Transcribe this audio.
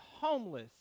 homeless